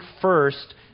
first